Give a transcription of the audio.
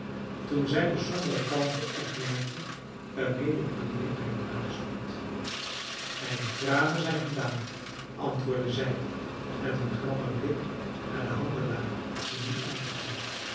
toen zij de sombere kalmte opmerkte waarmede chloe bij den wagen stond mijne tranen zijn gedaan antwoordde zij met een grammen blik naar den handelaar die nu aankwam